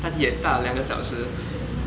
搭地铁搭两个小时